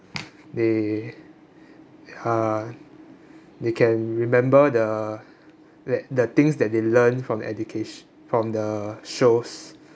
they uh they can remember the that the things that they learned from educati~ from the shows